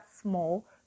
small